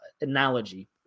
analogy